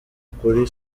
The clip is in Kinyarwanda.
kuri